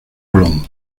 colón